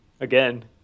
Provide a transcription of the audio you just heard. again